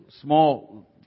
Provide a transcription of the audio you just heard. small